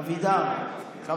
הוא נוסע